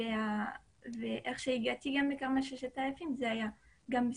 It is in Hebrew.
גם לכרמל 6000 הגעתי בזכותם,